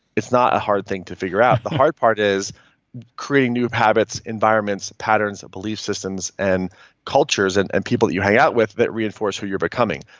it's not a hard thing to figure out. the hard part is creating new habits, environments, patterns, belief systems, and cultures, and and people that you hang out with that reinforce who you're becoming.